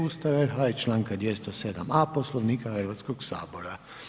Ustava RH i Članka 207a. Poslovnika Hrvatskog sabora.